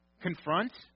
confront